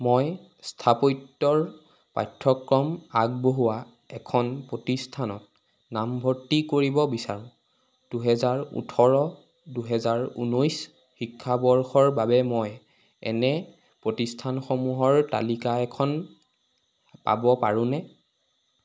মই স্থাপত্যৰ পাঠ্যক্ৰম আগবঢ়োৱা এখন প্ৰতিষ্ঠানত নামভৰ্তি কৰিব বিচাৰোঁ দুহেজাৰ ওঠৰ দুহেজাৰ ঊনৈছ শিক্ষাবৰ্ষৰ বাবে মই এনে প্ৰতিষ্ঠানসমূহৰ তালিকা এখন পাব পাৰোঁনে